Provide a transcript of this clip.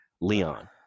Leon